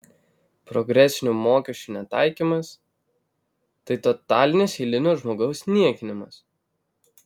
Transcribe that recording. progresinių mokesčių netaikymas tai totalinis eilinio žmogaus niekinimas